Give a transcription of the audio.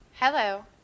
Hello